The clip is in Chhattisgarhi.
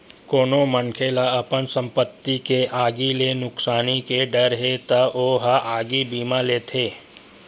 कोनो मनखे ल अपन संपत्ति के आगी ले नुकसानी के डर हे त ओ ह आगी बीमा लेथे